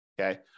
Okay